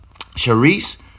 Charisse